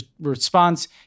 response